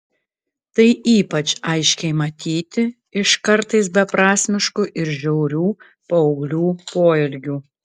tai ypač aiškiai matyti iš kartais beprasmiškų ir žiaurių paauglių poelgių